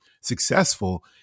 successful